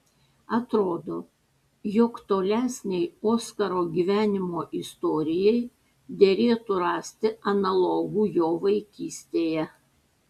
atrodo jog tolesnei oskaro gyvenimo istorijai derėtų rasti analogų jo vaikystėje